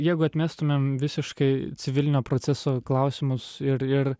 jeigu atmestumėm visiškai civilinio proceso klausimus ir ir